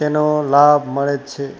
તેનો લાભ મળે જ છે